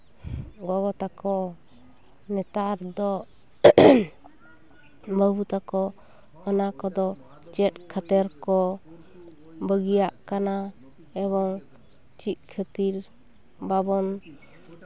ᱜᱚᱜᱚ ᱛᱟᱠᱚ ᱱᱮᱛᱟᱨ ᱫᱚ ᱵᱟᱹᱵᱩ ᱛᱟᱠᱚ ᱚᱱᱟ ᱠᱚᱫᱚ ᱪᱮᱫ ᱠᱷᱟᱹᱛᱤᱨ ᱠᱚ ᱵᱟᱹᱜᱤᱭᱟᱜ ᱠᱟᱱᱟ ᱮᱵᱚᱝ ᱪᱮᱫ ᱠᱷᱟᱹᱛᱤᱨ ᱵᱟᱵᱚᱱ